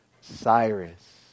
Cyrus